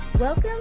Welcome